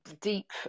deep